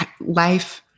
life